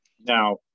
Now